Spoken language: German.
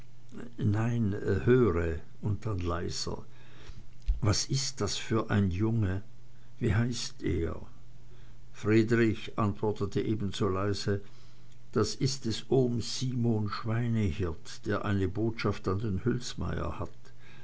nein höre und dann leiser was ist das für ein junge wie heißt er friedrich antwortete ebenso leise das ist des ohms simon schweinehirt der eine botschaft an den hülsmeyer hat